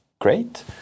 great